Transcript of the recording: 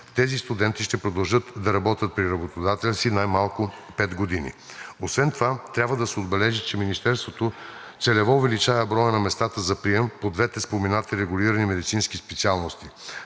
тези студенти ще продължат да работят при работодателя си най-малко пет години. Освен това трябва да се отбележи, че Министерството целево увеличава броя на местата за прием по двете споменати регулирани медицински специалности.